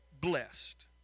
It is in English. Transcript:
blessed